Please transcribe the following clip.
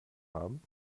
haben